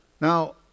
Now